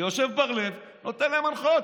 ויושב בר לב ונותן להם הנחיות.